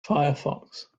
firefox